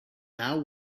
now